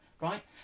right